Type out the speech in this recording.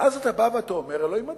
ואז אתה בא ואתה אומר: אלוהים אדירים,